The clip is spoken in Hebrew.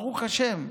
ברוך השם,